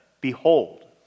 Behold